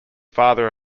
father